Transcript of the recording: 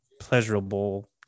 pleasurable